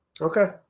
Okay